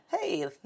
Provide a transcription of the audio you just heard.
Hey